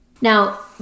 Now